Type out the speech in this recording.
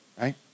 right